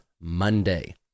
Monday